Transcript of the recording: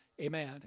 amen